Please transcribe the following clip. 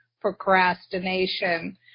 Procrastination